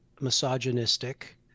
misogynistic